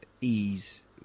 ease